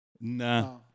Nah